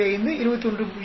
5 21